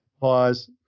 pause